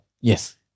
Yes